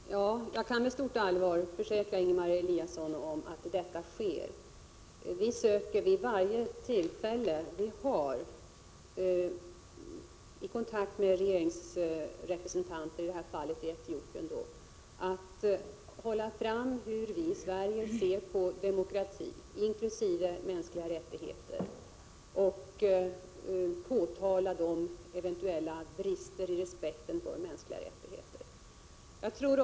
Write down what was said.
Prot. 1986/87:80 Fru talman! Jag kan med stort allvar försäkra Ingemar Eliasson om att 5 mars 1987 detta sker. Vi söker vid varje tillfälle vi har kontakt med regeringsrepresen tanter, i det här fallet i Etiopien, att framhålla hur vi i Sverige ser på — O! vissföreslagen demokrati, inkl. mänskliga rättigheter, och påtala eventuella brister i ändring i vapenexportbestämmelserna respekten för dessa rättigheter.